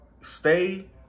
Stay